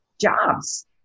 jobs